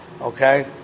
okay